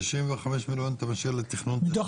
95 מיליון אתה משאיר לתכנון --- מתוך